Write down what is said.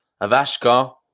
Avashka